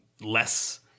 less –